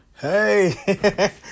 Hey